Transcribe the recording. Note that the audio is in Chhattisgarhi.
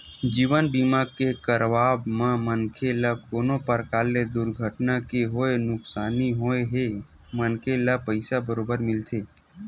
जीवन बीमा के करवाब म मनखे ल कोनो परकार ले दुरघटना के होय नुकसानी होए हे मनखे ल पइसा बरोबर मिलथे